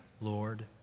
Lord